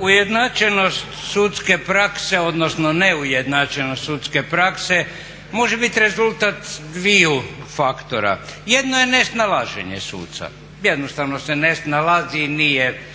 Ujednačenost sudske prakse odnosno neujednačenost sudske prakse može biti rezultat dvaju faktora. Jedno je nesnalaženje suca. Jednostavno se ne snalazi, nije u